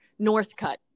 Northcutt